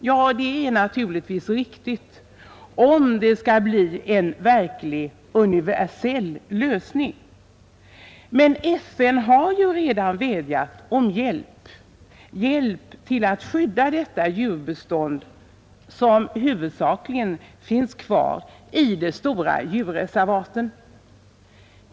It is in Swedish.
Ja, det är naturligtvis riktigt, om det skall bli en verkligt universell lösning. Men FN har ju redan vädjat om hjälp till att skydda detta djurbestånd, som huvudsakligen finns kvar i de stora djurreservaten.